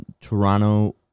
Toronto